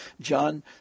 John